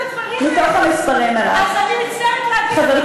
את לא יכולה להגיד דברים כאלה על תקציב שהוא כל כך חברתי.